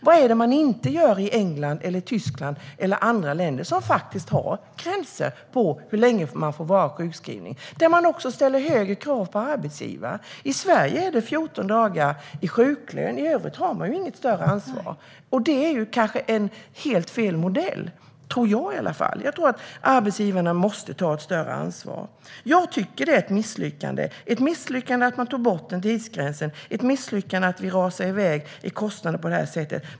Vad är det man inte gör i England eller i Tyskland eller i andra länder som faktiskt har gränser för hur länge människor får vara sjukskrivna och där det också ställs högre krav på arbetsgivare? I Sverige är det 14 dagar i sjuklön. I övrigt har man inget större ansvar. Det är kanske helt fel modell. Det tror jag i alla fall. Jag tror att arbetsgivarna måste ta ett större ansvar. Jag tycker att det är ett misslyckande att man tog bort tidsgränsen. Det är ett misslyckande att kostnaderna rasar iväg på det här sättet.